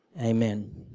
Amen